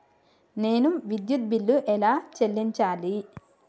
నేను విద్యుత్ బిల్లు ఎలా చెల్లించాలి?